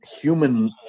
human